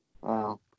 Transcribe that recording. Wow